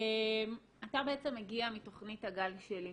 אתה מגיע מתכנית הגל שלי,